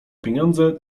pieniądze